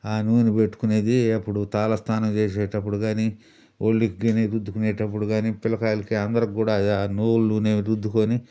ఆ నూనె పెట్టుకొనేది అప్పుడు తలస్నానం చేసేటప్పుడు కానీ ఒళ్ళుకి కానీ రుద్దుకొనేటప్పుడు కానీ పిలకాయలకి అందరికి కూడా ఆ నువ్వుల నూనె రుద్దుకోని